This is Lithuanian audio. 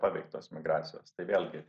paveiktos migracijos tai vėlgi